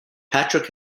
patrick